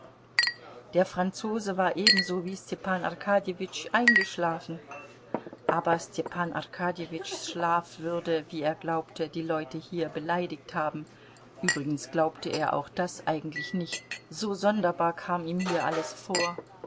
der franzose war ebenso wie stepan arkadjewitsch eingeschlafen aber stepan arkadjewitschs schlaf würde wie er glaubte die leute hier beleidigt haben übrigens glaubte er auch das eigentlich nicht so sonderbar kam ihm hier alles vor